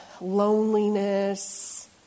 loneliness